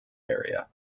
area